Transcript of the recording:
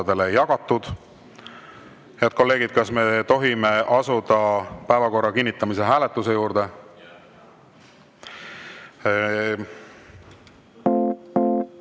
jagatud. Head kolleegid, kas me tohime asuda päevakorra kinnitamise hääletuse juurde? Nii.